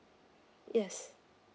yes